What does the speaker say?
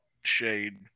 Shade